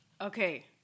Okay